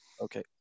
okay